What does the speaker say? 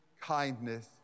kindness